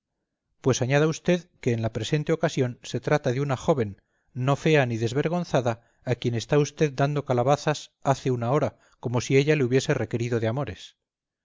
pues añada usted que en la presente ocasión se trata de una joven no fea ni desvergonzada a quien está usted dando calabazas hace una hora como si ella le hubiese requerido de amores